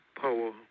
power